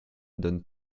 donne